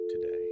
today